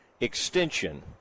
extension